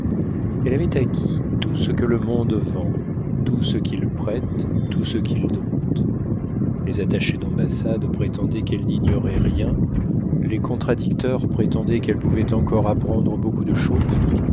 elle avait acquis tout ce que le monde vend tout ce qu'il prête tout ce qu'il donne les attachés d'ambassade prétendaient qu'elle n'ignorait rien les contradicteurs prétendaient qu'elle pouvait encore apprendre beaucoup de choses